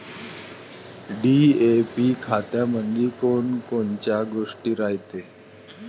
DAP खतामंदी कोनकोनच्या गोष्टी रायते?